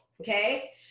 okay